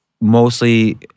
mostly